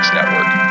Network